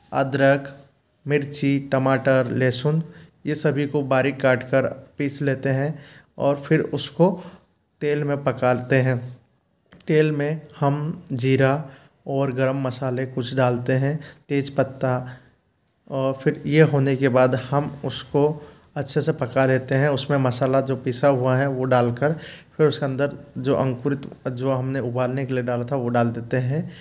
अदरक मिर्ची टमाटर लहसुन यह सभी को बारीक काटकर पीस लेते हैं और फ़िर उसको तेल में पकाते हैं तेल में हम जीरा और गरम मसाले कुछ डालते हैं तेज पत्ता और फ़िर यह होने के बाद हम उसको अच्छे से पका लेते हैं उसमें मसाला जो पिसा हुआ है वह डाल कर फ़िर उसके अंदर जो अंकुरित जो हमने उबालने के लिए डाला था वह डाल देते हैं